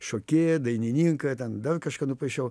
šokėją dainininką ten dar kažką nupaišau